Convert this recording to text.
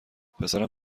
پسرم